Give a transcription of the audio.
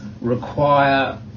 require